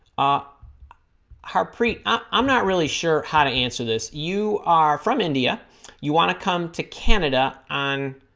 ah harpreet i'm not really sure how to answer this you are from india you want to come to canada on